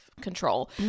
control